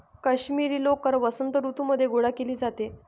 काश्मिरी लोकर वसंत ऋतूमध्ये गोळा केली जाते